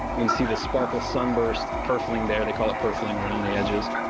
you can see the sparkle sunburst purfling there. they call it purfling around the edges.